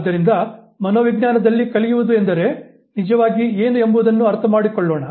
ಆದ್ದರಿಂದ ಮನೋವಿಜ್ಞಾನದಲ್ಲಿ ಕಲಿಯುವುದು ಎಂದರೆ ನಿಜವಾಗಿ ಏನು ಎಂಬುದನ್ನು ಅರ್ಥಮಾಡಿಕೊಳ್ಳೋಣ